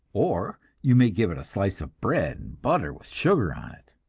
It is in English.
or you may give it a slice of bread and butter with sugar on it.